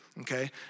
okay